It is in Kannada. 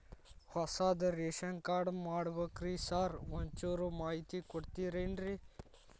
ಹೊಸದ್ ರೇಶನ್ ಕಾರ್ಡ್ ಮಾಡ್ಬೇಕ್ರಿ ಸಾರ್ ಒಂಚೂರ್ ಮಾಹಿತಿ ಕೊಡ್ತೇರೆನ್ರಿ?